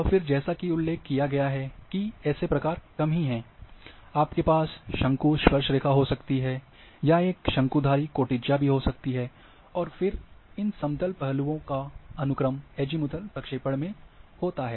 और फिर जैसा कि उल्लेख किया गया है कि ऐसे प्रकार कम हैं आपके पास शंकु स्पर्श रेखा हो सकती है या एक शंकुधारी कोटिज़्या भी हो सकती है और फिर इन समतल पहलुओं का अनुक्रम अजीमुथल प्रक्षेपण में होता है